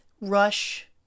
Rush